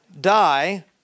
die